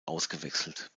ausgewechselt